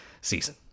season